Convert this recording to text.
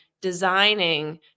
designing